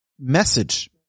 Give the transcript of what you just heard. message